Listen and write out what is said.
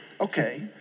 Okay